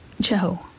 Joe